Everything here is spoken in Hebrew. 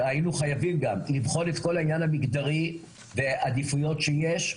שהיינו חייבים גם לבחון את כל העניין המגדרי והעדיפויות שיש,